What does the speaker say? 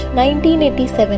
1987